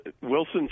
Wilson